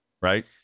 right